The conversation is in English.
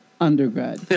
undergrad